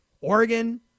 Oregon